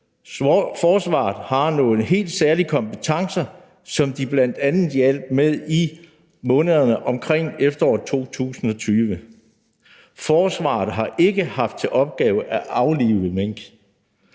Forsvaret har nogle helt særlige kompetencer, som de bl.a. hjalp med i månederne omkring efteråret 2020. Forsvaret har ikke haft til opgave at aflive mink.